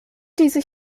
diese